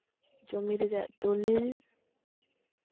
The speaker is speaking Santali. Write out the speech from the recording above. ᱡᱚᱢᱤ ᱨᱮᱭᱟᱜ ᱫᱚᱞᱤᱞ